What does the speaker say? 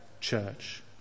church